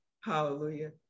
Hallelujah